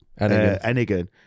Enigan